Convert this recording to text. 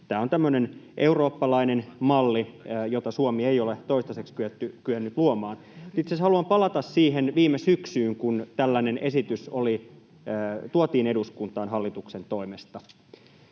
tämmöinen eurooppalainen malli, jota Suomi ei ole toistaiseksi kyennyt luomaan. Itse asiassa haluan palata siihen viime syksyyn, kun tällainen esitys tuotiin eduskuntaan hallituksen toimesta.